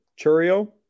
Churio